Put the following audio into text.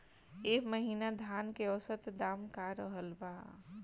एह महीना धान के औसत दाम का रहल बा?